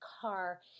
car